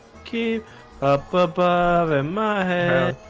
keep up above in my head